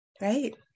right